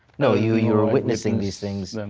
no, you you were witnessing these things.